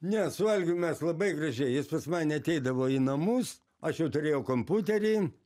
ne su algiu mes labai gražiai jis pas mane ateidavo į namus aš jau turėjau komputerį